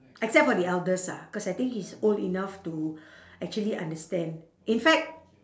except for the eldest ah cause I think he's old enough to actually understand in fact